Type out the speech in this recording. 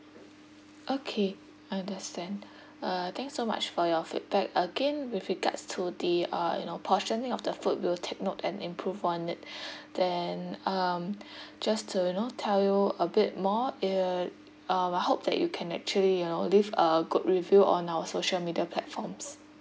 okay understand uh thanks so much for your feedback again with regards to the uh you know portioning of the food we will take note and improve on it then um just to you know tell you a bit more uh uh I hope that you can actually you know leave a good review on our social media platforms